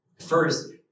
First